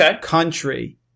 country